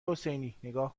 حسینی، نگاه